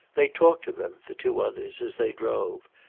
they talked of him, the two others, as they drove,